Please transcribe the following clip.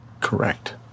correct